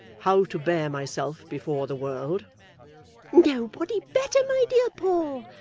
how to bear myself before the world nobody better, my dear paul.